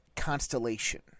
constellation